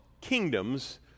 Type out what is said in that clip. kingdoms